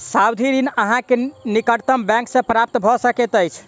सावधि ऋण अहाँ के निकटतम बैंक सॅ प्राप्त भ सकैत अछि